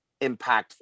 impactful